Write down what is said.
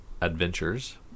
Adventures